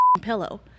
pillow